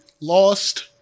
lost